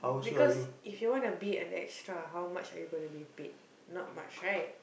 because if you want to be an extra how much are you gonna be paid not much right